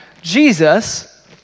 Jesus